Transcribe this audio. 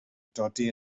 dodi